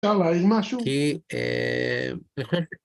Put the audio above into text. אפשר להעיר משהו? כי אהה בהחלט.